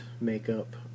makeup